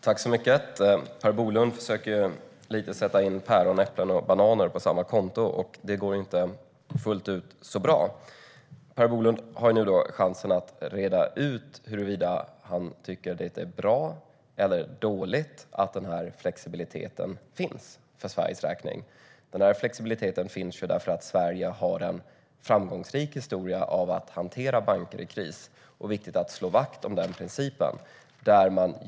Herr talman! Per Bolund försöker sätta in päron, äpplen och bananer på samma konto, och det går inte så bra. Per Bolund har nu chansen att reda ut huruvida han tycker att det är bra eller dåligt att den här flexibiliteten finns för Sveriges räkning. Den finns för att Sverige har en framgångsrik historia av att hantera banker i kris, och det är viktigt att slå vakt om den principen.